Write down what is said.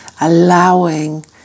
allowing